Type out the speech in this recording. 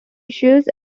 issues